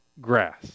grass